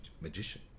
magician